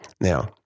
Now